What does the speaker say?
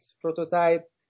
prototype